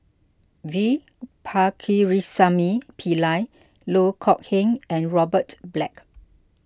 V Pakirisamy Pillai Loh Kok Heng and Robert Black